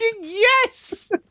yes